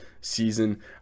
season